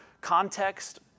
context